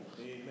Amen